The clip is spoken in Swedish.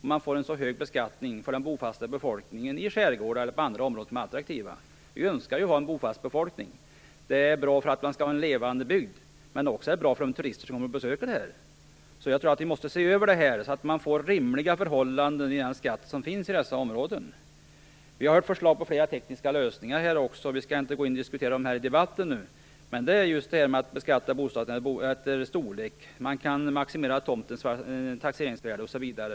Man får hög beskattning för den bofasta befolkningen i skärgården och i andra områden som är attraktiva. Vi önskar ju ha en bofast befolkning. Det är bra för att man skall få en levande bygd, men också för de turister som kommer på besök. Jag tror att vi måste se över detta, så att det blir rimliga förhållanden i fråga om skatten i dessa områden. Vi har hört förslag på flera tekniska lösningar. Vi skall inte gå in och diskutera dessa förslag i den här debatten, men det handlar just om att beskatta bostaden efter storlek. Man kan också maximera tomtens taxeringsvärde osv.